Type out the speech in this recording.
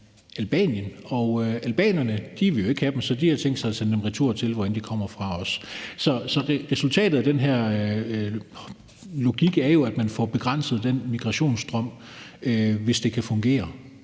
Albanien, og albanerne vil jo ikke have dem, så de har tænkt sig at sende dem retur, hvor de så end kommer fra. Så resultatet af den her logik er jo, at man får begrænset den migrationsstrøm, hvis det kan fungere.